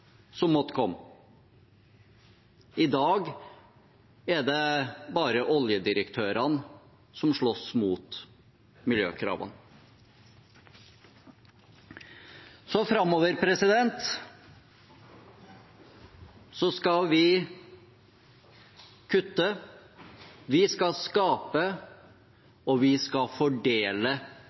som måtte komme. I dag er det bare oljedirektørene som slåss mot miljøkravene. Framover skal vi kutte, vi skal skape, og vi skal fordele